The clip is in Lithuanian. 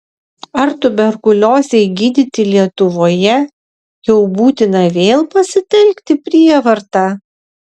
ar tuberkuliozei gydyti lietuvoje jau būtina vėl pasitelkti prievartą